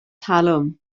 talwm